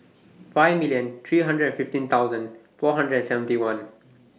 five million three hundred and fifteen thousand four hundred and seventy one